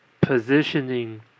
positioning